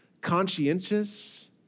conscientious